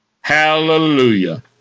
Hallelujah